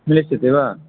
मेलिष्यति वा